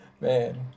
man